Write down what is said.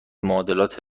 معادلات